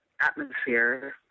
atmosphere